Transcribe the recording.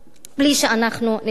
בלי שאנחנו נדרוש.